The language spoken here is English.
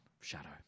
shadow